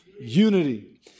Unity